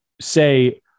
say